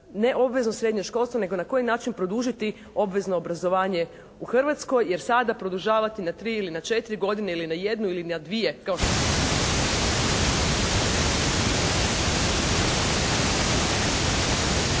ne obvezno srednje školstvo nego na koji način produžiti obvezno obrazovanje u Hrvatskoj. Jer sada produžavati na 3 ili na 4 godine ili na jednu ili na dvije